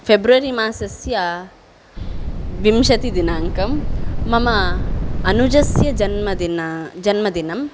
फ़ेब्रवरिमासस्य विंशतिदिनाङ्कं मम अनुजस्य जन्मदिनं